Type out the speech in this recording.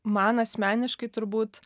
man asmeniškai turbūt